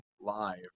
live